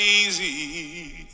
easy